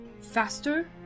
Faster